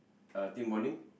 uh team bonding